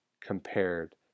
compared